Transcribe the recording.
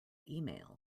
email